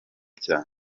cyane